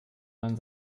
man